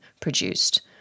produced